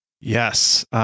Yes